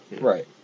Right